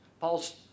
Paul's